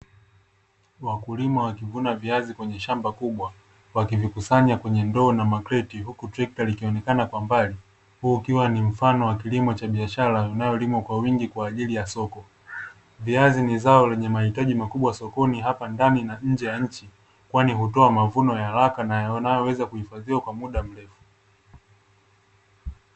Wakulima wakivuna viazi kwenye shamba kubwa, wakivikusanya kwenye ndoo na makreti, huku trekta likionekana kwa mbali. Huu ni mfano wa kilimo cha biashara kinacholimwa kwa wingi kwa ajili ya soko. Viazi ni zao lenye mahitaji makubwa sokoni, hapa ndani na nje ya nchi, kwani hutoa mavuno ya haraka na yanaweza kuhifadhiwa kwa muda mrefu.